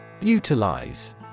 Utilize